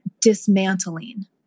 dismantling